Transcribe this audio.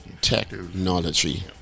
technology